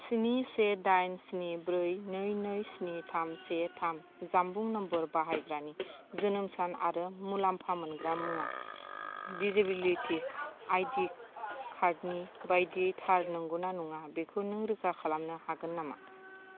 स्नि से दाइन स्नि ब्रै नै नै स्नि थाम से थाम जामबुं नम्बर बाहायग्रानि जोनोम सान आरो मुलाम्फा मोनग्रा मुङा डिजेबिलिटि आइडि कार्डनि बायदि थार नंगौना नङा बेखौ नों रोखा खालामनो हागोन नामा